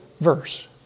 verse